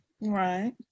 right